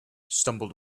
stumbled